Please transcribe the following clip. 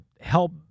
help